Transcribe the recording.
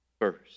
first